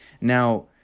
Now